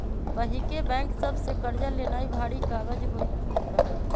पहिके बैंक सभ से कर्जा लेनाइ भारी काज होइत रहइ